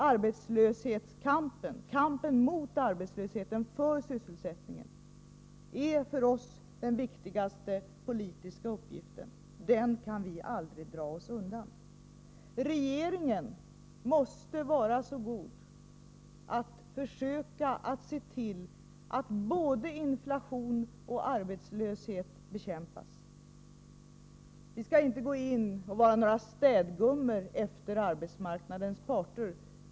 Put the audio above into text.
Arbetslöshetskampen, kampen mot arbetslösheten för sysselsättningen, är för oss den viktigaste politiska uppgiften, och den kan vi aldrig dra oss undan. Regeringen måste vara så god att försöka se till att både inflation och arbetslöshet bekämpas. Vi skall inte gå in och vara några städgummor efter arbetsmarknadens parter.